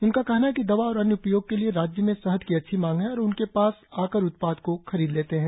उनका कहना है कि दवा और अन्य उपयोग के लिए राज्य में शहद की अच्छी मांग है और उनके पास आकर उत्पाद को खरीद लेते हैं